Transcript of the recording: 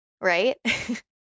right